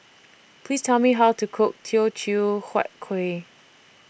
Please Tell Me How to Cook Teochew Huat Kueh